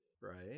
Right